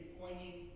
pointing